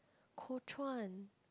Kuo Chuan